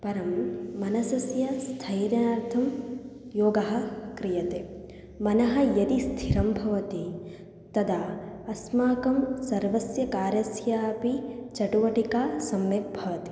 परं मनसः स्थैर्यार्थं योगः क्रियते मनः यदि स्थिरं भवति तदा अस्माकं सर्वस्य कार्यस्यापि चटुवटिका सम्यक् भवति